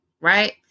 Right